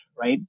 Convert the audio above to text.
right